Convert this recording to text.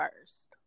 first